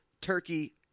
turkey